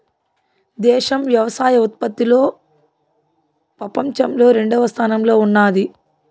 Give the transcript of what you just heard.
దేశం వ్యవసాయ ఉత్పత్తిలో పపంచంలో రెండవ స్థానంలో ఉన్నాది